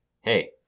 hey